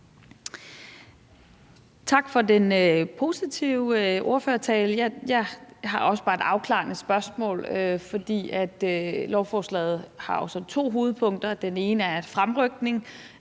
Tak for den positive ordførertale. Jeg har også bare et afklarende spørgsmål. Lovforslaget har jo så to hovedpunkter: Det ene er fremrykning